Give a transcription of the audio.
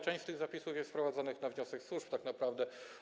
Część z tych zapisów jest wprowadzonych na wniosek służb tak naprawdę.